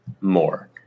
more